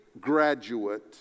graduate